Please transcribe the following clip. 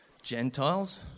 gentiles